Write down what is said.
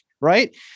right